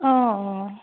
অঁ অঁ